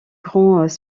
grands